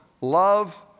love